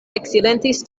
eksilentis